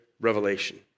revelation